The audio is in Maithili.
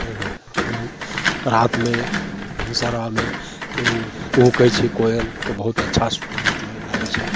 मने ओ रातिमे भिनसरामे ओ कुहुकै छै कोयल तऽ बहुत अच्छा मतलब लागै छै मने